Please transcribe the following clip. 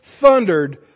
thundered